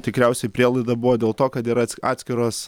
tikriausiai prielaida buvo dėl to kad yra atskiros